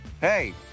Hey